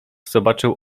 zobaczył